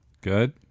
Good